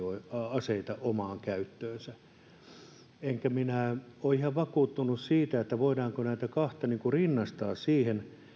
aseita omaan käyttöönsä en minä ole ihan vakuuttunut siitä voidaanko näitä kahta rinnastaa siihen